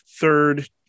third